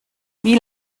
wie